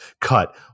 Cut